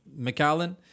McAllen